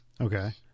Okay